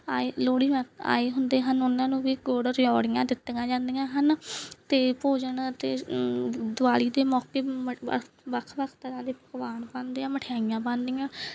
ਆਏ ਲੋਹੜੀ ਆਏ ਹੁੰਦੇ ਹਨ ਉਹਨਾਂ ਨੂੰ ਵੀ ਗੁੜ ਰਿਉੜੀਆਂ ਦਿੱਤੀਆਂ ਜਾਂਦੀਆਂ ਹਨ ਅਤੇ ਭੋਜਨ ਅਤੇ ਦਿਵਾਲੀ ਦੇ ਮੌਕੇ ਵੱਖ ਵੱਖ ਤਰ੍ਹਾਂ ਦੇ ਪਕਵਾਨ ਬਣਦੇ ਆ ਮਿਠਾਈਆਂ ਬਣਦੀਆਂ